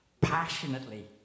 passionately